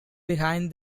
behind